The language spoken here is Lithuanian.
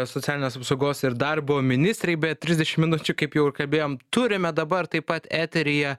socialinės apsaugos ir darbo ministrei be trisdešim minučių kaip jau ir kalbėjom turime dabar taip pat eteryje